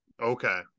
okay